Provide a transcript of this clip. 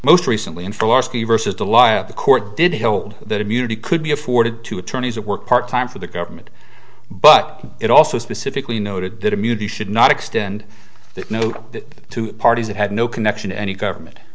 most recently in philosophy versus the lie of the court did hold that immunity could be afforded to attorneys that work part time for the government but it also specifically noted that immunity should not extend that note that to parties that had no connection to any government